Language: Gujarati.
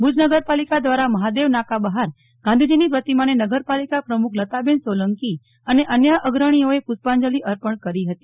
ભુજ નગરપાલીકા દ્વારા મહાદેવ નાકા બહાર ગાંધીજીની પ્રતિમાને નગરપાલિકા પ્રમુખ લતાબેન સોલંકી અને અન્ય અગ્રણીઓએ પુષ્પાંજલી અર્પણ કરી હતી